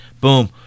Boom